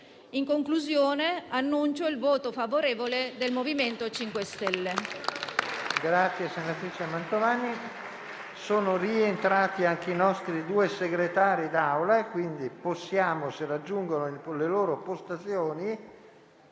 In conclusione, annuncio il voto favorevole del MoVimento 5 Stelle.